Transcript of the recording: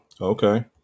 okay